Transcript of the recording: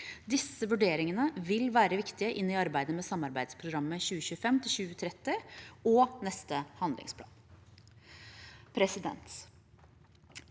til Nordisk råd 2022 2022 inn i arbeidet med samarbeidsprogrammet 2025–2030 og neste handlingsplan.